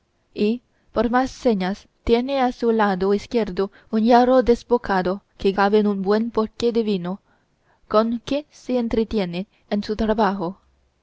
y por más señas tiene a su lado izquierdo un jarro desbocado que cabe un buen porqué de vino con que se entretiene en su trabajo